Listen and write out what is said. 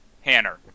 Hanner